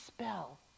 spell